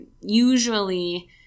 usually